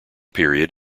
period